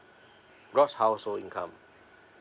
gross household income